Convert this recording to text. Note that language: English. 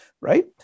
right